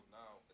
now